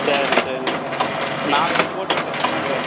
சரி சரி நாளைக்கு போட்டு விட்டுடுறேன் அமௌண்ட்டு